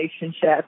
relationship